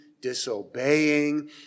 disobeying